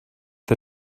the